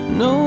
no